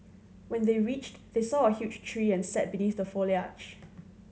when they reached they saw a huge tree and sat beneath the foliage